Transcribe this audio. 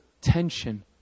tension